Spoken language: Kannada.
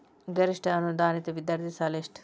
ಗರಿಷ್ಠ ಅನುದಾನಿತ ವಿದ್ಯಾರ್ಥಿ ಸಾಲ ಎಷ್ಟ